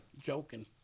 joking